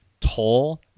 toll